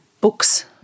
books